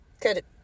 Good